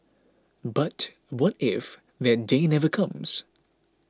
but what if that day never comes